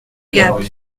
gap